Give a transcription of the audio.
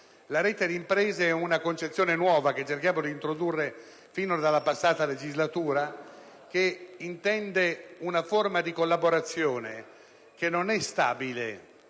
La rete di imprese è una concezione nuova che cerchiamo di introdurre fin dalla passata legislatura; con essa si intende realizzare una forma di collaborazione non stabile,